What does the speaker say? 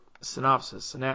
synopsis